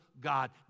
God